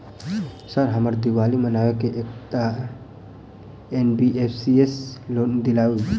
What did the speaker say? Sir हमरा दिवाली मनावे लेल एकटा एन.बी.एफ.सी सऽ लोन दिअउ?